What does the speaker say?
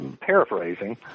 paraphrasing